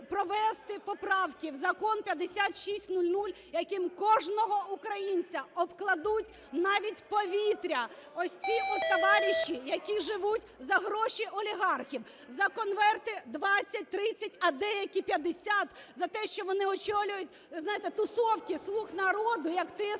провести поправки в Закон 5600, яким кожного українця обкладуть, навіть повітря, ось ці от товарищи, які живуть за гроші олігархів, за конверти 20, 30, а деякі 50, за те, що вони очолюють тусовки "слуг народу", як ТСН.